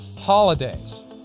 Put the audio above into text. holidays